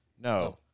No